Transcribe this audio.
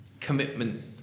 commitment